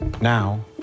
Now